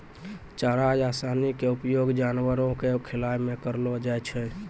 चारा या सानी के उपयोग जानवरों कॅ खिलाय मॅ करलो जाय छै